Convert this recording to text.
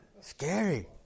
Scary